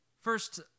First